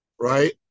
right